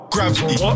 gravity